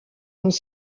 dans